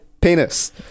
penis